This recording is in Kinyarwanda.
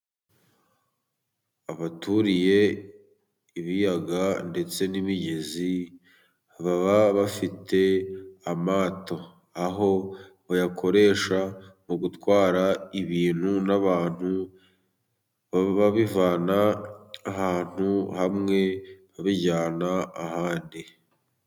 Abaturiye ibiyaga ndetse n'imigezi baba bafite amato, aho bayakoresha mu gutwara ibintu n'abantu babivana ahantu hamwe babijyana ahandi.